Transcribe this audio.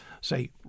say